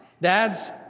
dads